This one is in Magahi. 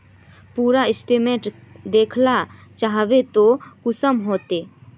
पूरा स्टेटमेंट देखला चाहबे तो कुंसम होते?